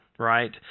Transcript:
Right